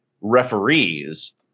referees